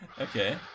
Okay